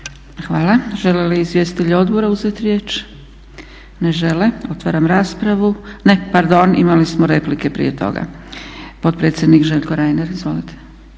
Hvala. Žele li izvjestitelji odbora uzeti riječ? Ne žele. Otvaram raspravu. Ne, pardon imali smo replike prije toga. Potpredsjednik Željko Reiner. Izvolite.